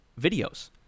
videos